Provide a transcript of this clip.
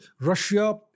Russia